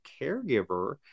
caregiver